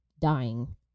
dying